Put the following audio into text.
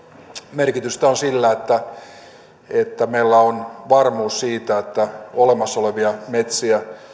merkitystä on sillä että meillä on varmuus siitä että olemassa olevia metsiä